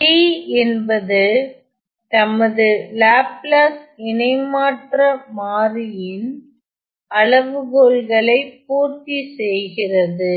t என்பது நமது Laplace இணைமாற்ற மாறியின்அளவுகோல்களை பூர்த்தி செய்கிறது